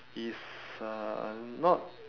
it's uh not